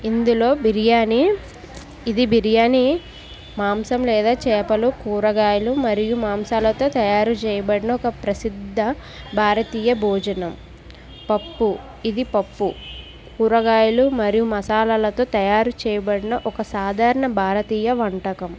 ఇందులో బిర్యానీ ఇది బిర్యానీ మాంసం లేదా చేపలు కూరగాయలు మరియు మాంసాలతో తయారు చేయబడిన ఒక ప్రసిద్ధ భారతీయ భోజనం పప్పు ఇది పప్పు కూరగాయలు మరియు మసాలాలతో చేయబడిన ఒక సాధారణ భారతీయ వంటకం